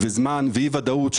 זמן ואי-ודאות.